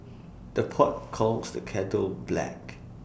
the pot calls the kettle black